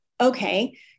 okay